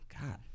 God